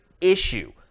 issue